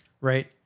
Right